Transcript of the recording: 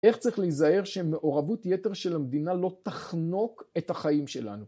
איך צריך להיזהר שמעורבות יתר של המדינה לא תחנוק את החיים שלנו?